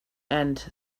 end